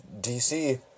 DC